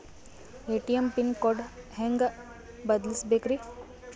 ATM pin code ಹೆಂಗ್ ಬದಲ್ಸ್ಬೇಕ್ರಿ?